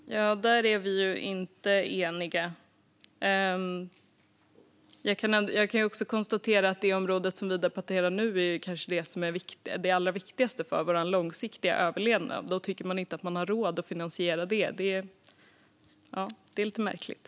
Fru talman! Där är vi inte eniga. Jag kan konstatera att det område vi nu debatterar kanske är det allra viktigaste för vår långsiktiga överlevnad. Om man tycker att man inte har råd att finansiera det är det lite märkligt.